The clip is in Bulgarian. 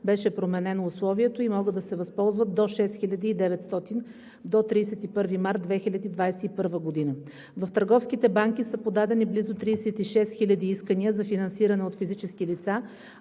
беше променено условието и могат да се възползват до 6900 до 31 март 2021 г. В търговските банки са подадени близо 36 хиляди искания за финансиране от физически лица,